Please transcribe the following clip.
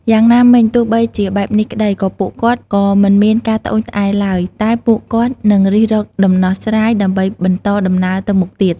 យ៉ាងណាមិញ ទោះបីជាបែបនេះក្តី ក៏ពួកគាត់ក៏មិនមានការត្អូញត្អែរឡើយ តែពួកគាត់នឹងរិះរកដំណោះស្រាយ ដើម្បីបន្តដំណើរទៅមុខទៀត។